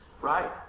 right